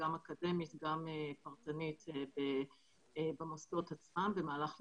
גם אקדמית וגם פרטנית במוסדות עצמם במהלך לימודיהם,